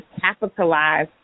capitalize